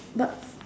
but